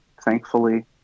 thankfully